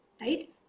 right